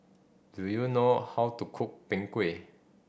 do you know how to cook Png Kueh